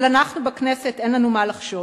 אבל אנחנו בכנסת, אין לנו מה לחשוש,